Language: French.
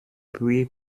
puis